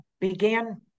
began